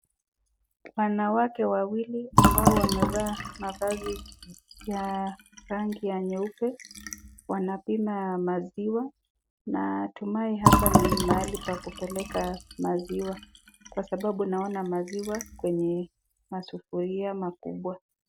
Wanawake wawili ambao wamevaa mavazi ya rangi nyeupe, wanapima maziwa, natumai hapa ni mahali pakupeleka maziwa, kwa sababu naona maziwa kwenye masufuria makubwa.